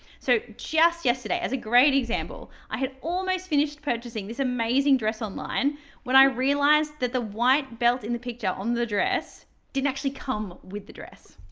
so just yesterday, as a great example, i had almost finished purchasing this amazing dress online when i realized that the white belt in the picture on the dress didn't actually come with the dress.